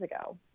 ago